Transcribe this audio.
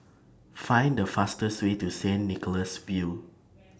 Find The fastest Way to Saint Nicholas View